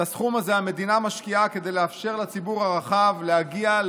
את הסכום הזה המדינה משקיעה כדי לאפשר לציבור הרחב להגיע,